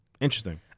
Interesting